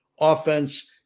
offense